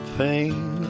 pain